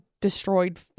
destroyed